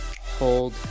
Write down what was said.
hold